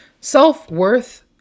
self-worth